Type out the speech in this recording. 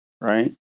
right